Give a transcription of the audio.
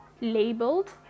labeled